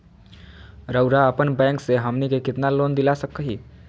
रउरा अपन बैंक से हमनी के कितना लोन दिला सकही?